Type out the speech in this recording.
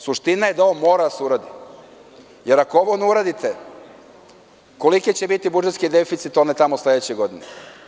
Suština je da ovo mora da se uradi, jer ako ovo ne uradite, koliki će biti budžetski deficit one tamo sledeće godine?